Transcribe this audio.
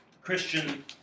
Christian